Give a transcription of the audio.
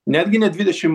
netgi ne dvidešim